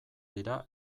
dira